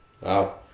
Wow